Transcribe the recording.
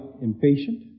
impatient